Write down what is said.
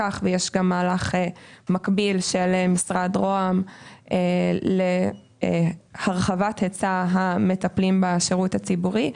לכן יש מהלך מקביל של משרד רוה"מ להרחבת היצע המטפלים בשירות הציבורי.